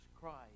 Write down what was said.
christ